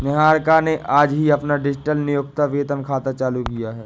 निहारिका ने आज ही अपना डिजिटल नियोक्ता वेतन खाता चालू किया है